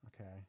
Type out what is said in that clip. Okay